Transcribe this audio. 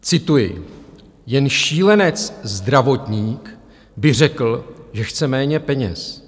Cituji: Jen šílenec zdravotník by řekl, že chce méně peněz.